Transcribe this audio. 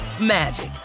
magic